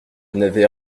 n’avais